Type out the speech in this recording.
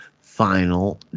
Final